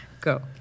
Go